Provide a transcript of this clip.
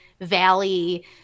valley